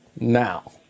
now